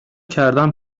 کردن